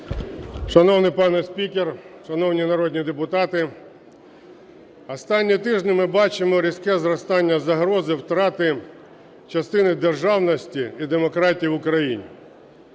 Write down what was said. Шановний пане спікер, шановні народні депутати, останніми тижнями ми бачимо різке зростання загрози втрати частини державності і демократії в Україні.